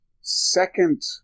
second